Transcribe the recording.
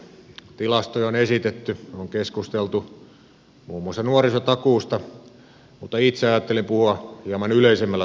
tilastoja on esitetty on keskusteltu muun muassa nuorisotakuusta mutta itse ajattelin puhua hieman yleisemmällä tasolla